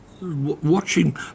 Watching